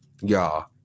Y'all